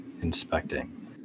inspecting